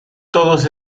todos